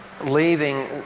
leaving